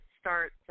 start